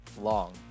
long